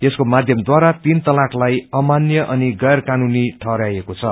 यसको माध्यम द्वारा तीन तलाक लाई अमान्य अनि गैर कानूनी ठहरायाइएको छ